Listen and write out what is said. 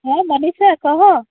ହଁ ମନିଷା କୁହ